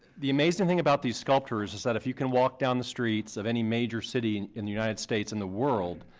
the amazing thing about these sculptures is that if you can walk down the streets of any major city in the united states and the world,